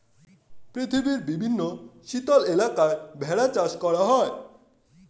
পৃথিবীর বিভিন্ন শীতল এলাকায় ভেড়া চাষ করা হয়